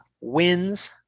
wins